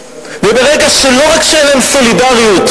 וברגע שלא רק שאין להם סולידריות,